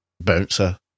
Bouncer